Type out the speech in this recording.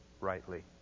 rightly